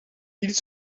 ils